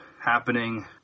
happening